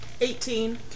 Eighteen